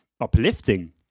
uplifting